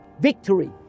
victory